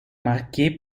marquée